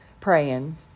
praying